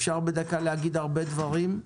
אפשר בדקה להגיד הרבה דברים,